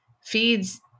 feeds